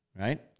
right